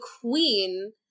queen